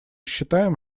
считаем